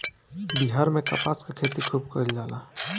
बिहार में कपास के खेती खुब कइल जाला